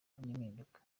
n’impinduka